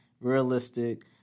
realistic